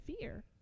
fear